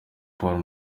paul